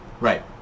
Right